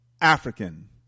African